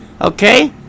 Okay